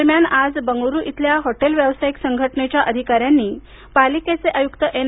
दरम्यान आज बंगळूरू इथल्या हॉटेल व्यावसायिक संघटनेच्या अधिकाऱ्यांनी पालिकेचे आयुक्त एन